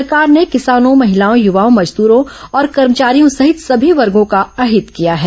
सरकार ने किसानों महिलाओं यवाओं मजदरों और कर्मचारियों सहित समी वर्गों का अहित किया है